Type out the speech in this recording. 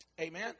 Amen